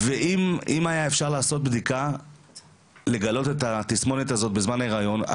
ואם היה אפשר לעשות בדיקה לגילוי התסמונת הזאת בזמן ההיריון,